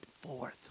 forth